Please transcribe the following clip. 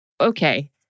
Okay